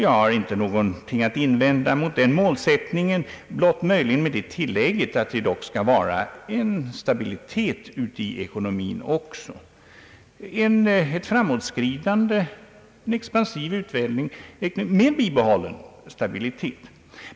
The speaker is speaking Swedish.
Jag har ingenting att invända mot den målsättningen, möjligen med det tillägget att det skall finnas stabilitet också i ekonomin. Det är angeläget att vi får en expansiv utveckling, med bibehållen stabilitet.